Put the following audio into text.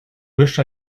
wish